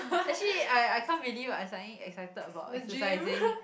actually I I can't believe I suddenly excited about exercising